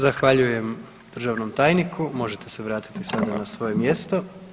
Zahvaljujem državnom tajniku, možete se vratiti sada na svoje mjesto.